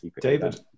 David